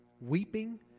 weeping